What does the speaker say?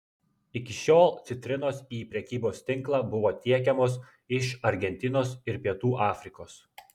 iki šiol citrinos į prekybos tinklą buvo tiekiamos iš argentinos ir pietų afrikos